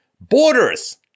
borders